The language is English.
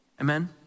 Amen